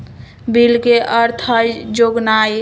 bill के अर्थ हइ जोगनाइ